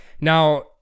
Now